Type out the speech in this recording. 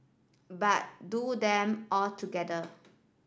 but do them all together